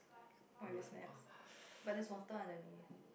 loose !wah!